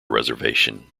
reservation